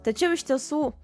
tačiau iš tiesų